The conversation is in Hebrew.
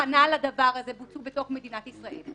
הכנה לדבר הזה בוצעו בתוך מדינת ישראל.